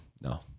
No